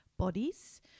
bodies